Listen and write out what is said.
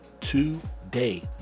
today